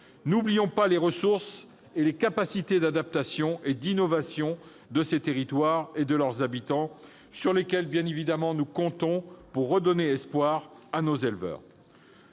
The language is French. N'oublions pas les ressources et les capacités d'adaptation et d'innovation de ces territoires et de leurs habitants, sur lesquelles nous comptons pour redonner espoir à nos éleveurs